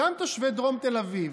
וגם תושבי דרום תל אביב,